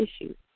issues